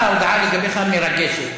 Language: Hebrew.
אתה, ההודעה לגביך מרגשת.